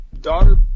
daughter